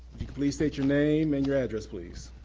please state your name and your address, please?